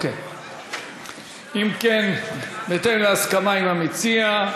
אם כן, בהתאם להסכמה עם המציע,